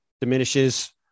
diminishes